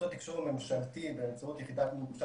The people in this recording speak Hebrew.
רשות התקשוב הממשלתי באמצעות יחידת ממשל